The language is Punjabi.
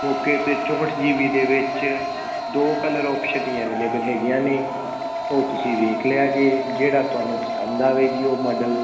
ਕਿਉਂਕਿ ਉਹਦੇ ਚੌਂਹਠ ਜੀ ਬੀ ਦੇ ਵਿੱਚ ਦੋ ਕਲਰ ਆਪਸ਼ਨ ਹੀ ਅਵੇਲੇਬਲ ਹੈਗੀਆਂ ਨੇ ਉਹ ਤੁਸੀਂ ਵੇਖ ਲਿਆ ਜੇ ਜਿਹੜਾ ਤੁਹਾਨੂੰ ਪਸੰਦ ਆਵੇ ਜੀ ਉਹ ਮਾਡਲ